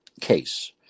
case